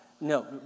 no